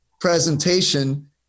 presentation